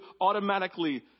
automatically